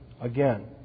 again